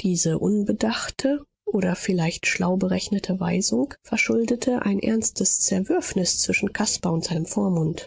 diese unbedachte oder vielleicht schlau berechnete weisung verschuldete ein ernstes zerwürfnis zwischen caspar und seinem vormund